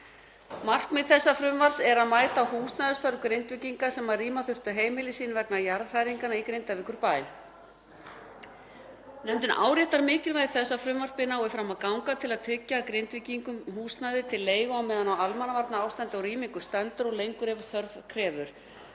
Markmið frumvarpsins er að mæta húsnæðisþörf Grindvíkinga sem rýma þurftu heimili sín vegna jarðhræringa í Grindavíkurbæ. Nefndin áréttar mikilvægi þess að frumvarpið nái fram að ganga til að tryggja Grindvíkingum húsnæði til leigu á meðan á almannavarnaástandi og rýmingu stendur og lengur ef þörf krefur.